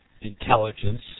intelligence